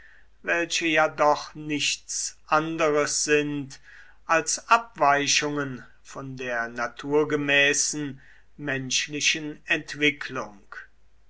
welche ja doch nichts anderes sind als abweichungen von der naturgemäßen menschlichen entwicklung